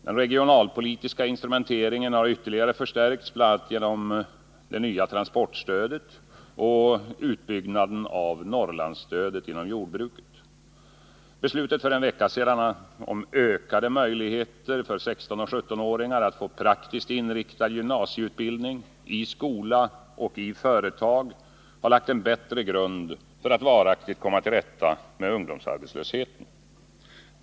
Den regionalpolitiska instrumenteringen har ytterligare förstärkts genom bl.a. det nya transportstödet och utbyggnaden av Norrlandsstödet inom jordbruket. Beslutet för en vecka sedan om ökade möjligheter för 16 och 17-åringar att få praktiskt inriktad gymnasieutbildningi skola och företag har lagt en bättre grund för att varaktigt komma till rätta med ungdomsarbetslösheten.